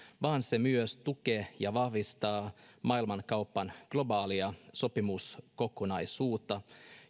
vaan se myös tukee ja vahvistaa maailmankaupan globaalia sopimuskokonaisuutta